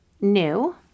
new